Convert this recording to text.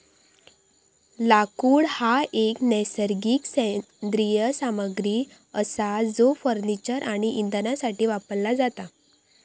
लाकूड हा एक नैसर्गिक सेंद्रिय सामग्री असा जो फर्निचर आणि इंधनासाठी वापरला जाता